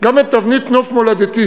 גם את תבנית נוף מולדתי,